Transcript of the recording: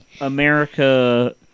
America